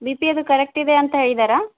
B P ಅದು correct ಇದೆ ಅಂತ ಹೇಳಿದ್ದಾರಾ